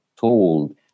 told